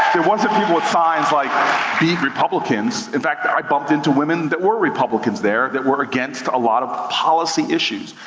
it wasn't people with signs like beat republicans. in fact, i bumped into women that were republicans there that were against a lot of policy issues.